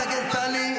חברת הכנסת טלי,